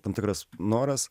tam tikras noras